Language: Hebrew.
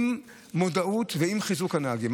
עם מודעות ועם חיזוק הנהגים,